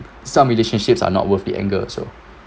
some relationships are not worth the anger so